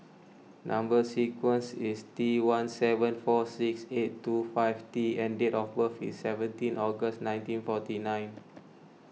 Number Sequence is T one seven four six eight two five T and date of birth is seventeen August nineteen forty nine